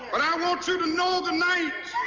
but i want you to know tonight,